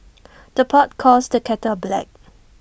the pot calls the kettle black